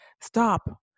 stop